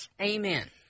Amen